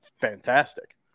fantastic